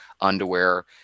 underwear